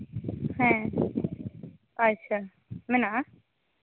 ᱦᱮᱸ ᱟᱪᱪᱷᱟ ᱢᱮᱱᱟᱜᱼᱟ